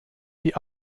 die